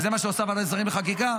וזה מה שעושה ועדת שרים לחקיקה,